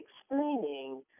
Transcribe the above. explaining